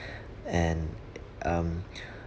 and um